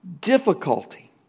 difficulty